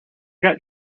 got